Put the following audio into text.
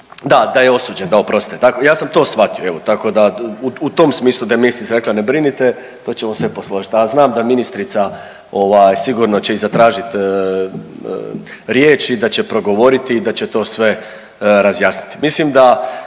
Da, da je osuđen, da oprostite. Ja sam to shvatio evo tako da u tom smislu da je ministrica rekla to ćemo sve posložiti, a znam da ministrica ovaj sigurno će i zatražit riječ i da će progovoriti i da će to sve razjasniti.